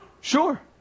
Sure